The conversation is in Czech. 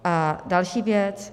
A další věc.